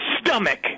stomach